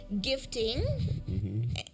gifting